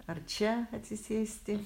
ar čia atsisėsti